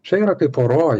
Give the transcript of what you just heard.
čia yra kaip poroj